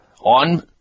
on